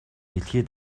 дэлхий